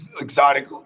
exotic